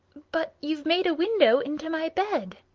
but you've made a window into my bed.